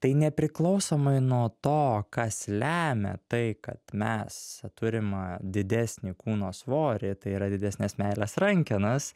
tai nepriklausomai nuo to kas lemia tai kad mes turim didesnį kūno svorį tai yra didesnes meilės rankenas